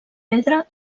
pedra